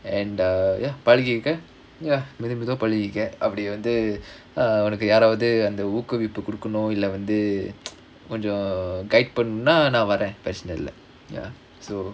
and the ya பழகிருக்க:palagirukka மெது மெதுவா பழகிருக்க அப்படி வந்து உனக்கு யாரவுது அந்த ஊக்கவிப்பு குடுக்கனும் இல்ல வந்து கொஞ்ச:medhu medhuvaa palagirukka appadi vanthu unakku yaaraavuthu ookavippu kudakkanum illa vanthu konja guide பண்ணனுனா நா வரேன்:pannanunaa naa varaen ya so